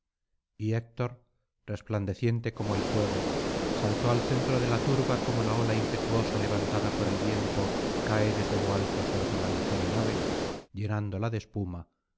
y héctor resplandeciente como el fuego saltó al centro de la turba como la ola impetuosa levantada por el viento cae desde lo alto sobre la ligera nave llenándola de espuma